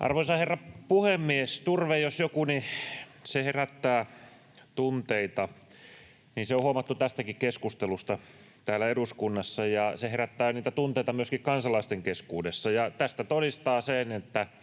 Arvoisa herra puhemies! Turve jos joku herättää tunteita. Niin se on huomattu tästäkin keskustelusta täällä eduskunnassa, ja se herättää niitä tunteita myöskin kansalaisten keskuudessa. Ja tämän todistaa se, että